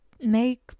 make